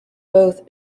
both